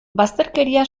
bazterkeria